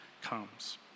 comes